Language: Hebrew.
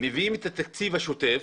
מביאים את התקציב השוטף,